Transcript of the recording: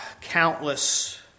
countless